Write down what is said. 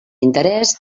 interès